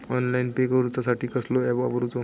Online pay करूचा साठी कसलो ऍप वापरूचो?